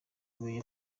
bumenyi